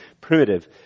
primitive